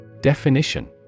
Definition